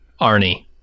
Arnie